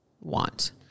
want